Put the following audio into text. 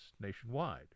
nationwide